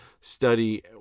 study